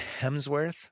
Hemsworth